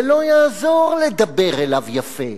זה לא יעזור לדבר אליו יפה,